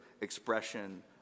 expression